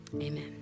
Amen